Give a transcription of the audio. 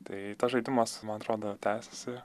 tai tas žaidimas man atrodo tęsiasi